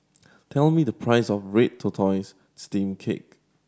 tell me the price of red tortoise steamed cake